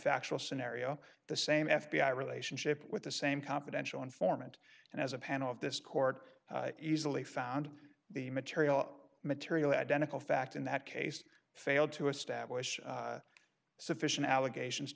factual scenario the same f b i relationship with the same confidential informant and as a panel of this court easily found the material material identical fact in that case failed to establish sufficient allegations